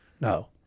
No